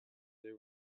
they